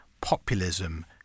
populism